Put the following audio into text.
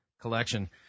collection